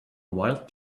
wild